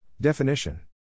Definition